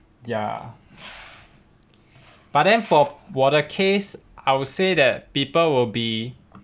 ya but then for 我的 case I would say that people will be